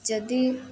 ଯଦି